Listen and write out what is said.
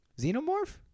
Xenomorph